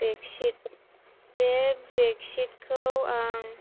बेकसिथ बे बेकसिथखौ आं